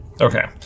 Okay